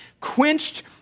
Quenched